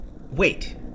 Wait